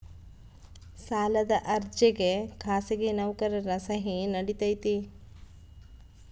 ಸಾಲದ ಅರ್ಜಿಗೆ ಖಾಸಗಿ ನೌಕರರ ಸಹಿ ನಡಿತೈತಿ?